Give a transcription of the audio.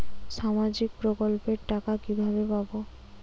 সামাজিক প্রকল্পের টাকা কিভাবে পাব?